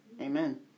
Amen